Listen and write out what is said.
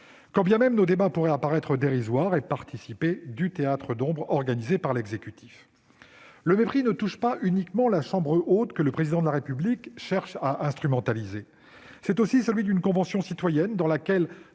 quand bien même nos débats pourraient apparaître dérisoires et participer du théâtre d'ombres organisé par l'exécutif. Le mépris touche non seulement la chambre haute, que le Président de la République cherche à instrumentaliser, mais aussi la Convention citoyenne, dans laquelle